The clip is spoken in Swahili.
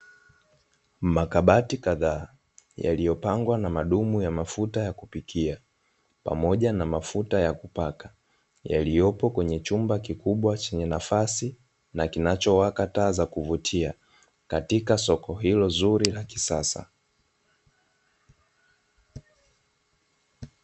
Makabati kadhaa yaliyopangwa na madumu ya mafuta ya kupikia, pamoja na mafuta ya kupaka, yaliyopo kwenye chumba kikubwa chenye nafasi na kinachowaka taa za kuvutia, katika soko hilo zuri la kisasa.